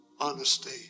honesty